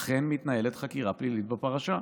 אכן מתנהלת חקירה פלילית בפרשה.